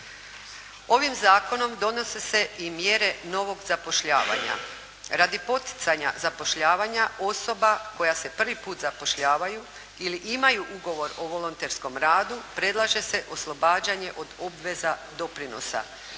Ovim zakonom donose se i mjere novog zapošljavanja. Radi poticanja zapošljavanja osoba koja se prvi put zapošljavaju ili imaju ugovor o volonterskom radu predlaže se oslobađanje od obveza doprinosa